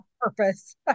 purpose